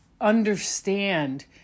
understand